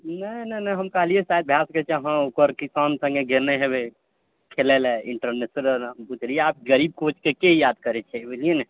नहि नहि हम कहलियै शायद भै सकैत छै अहाँ उपर किशन सङ्गे गेने हेबय खेलयलऽ इन्टरनेशनल आबऽ गरीब कोचकऽ के याद करैत छै बुझलिए नहि